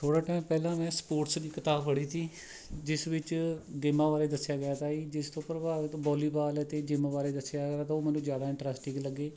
ਥੋੜ੍ਹਾ ਟਾਇਮ ਪਹਿਲਾਂ ਮੈਂ ਸਪੋਰਟਸ ਦੀ ਕਿਤਾਬ ਪੜ੍ਹੀ ਤੀ ਜਿਸ ਵਿੱਚ ਗੇਮਾਂ ਬਾਰੇ ਦੱਸਿਆ ਗਿਆ ਤਾ ਜੀ ਜਿਸ ਤੋਂ ਪ੍ਰਭਾਵਿਤ ਵਾਲੀਬਾਲ ਅਤੇ ਜਿੰਮ ਬਾਰੇ ਦੱਸਿਆ ਗਿਆ ਤਾਂ ਉਹ ਮੈਨੂੰ ਜ਼ਿਆਦਾ ਇੰਟਰਸਟਿੰਗ ਲੱਗੀ